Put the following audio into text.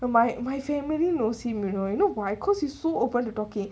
my my family knows him you know you know why cause he's so open to talking